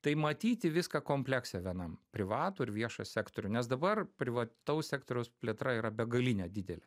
tai matyti viską komplekse vienam privatų ir viešą sektorių nes dabar privataus sektoriaus plėtra yra begalinė didelė